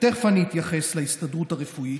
ותכף אני אתייחס להסתדרות הרפואית: